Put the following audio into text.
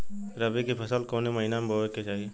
रबी की फसल कौने महिना में बोवे के चाही?